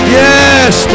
yes